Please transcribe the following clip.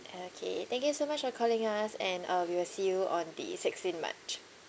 okay thank you so much for calling us and uh we will see you on the sixteen march